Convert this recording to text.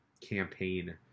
campaign